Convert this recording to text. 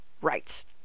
rights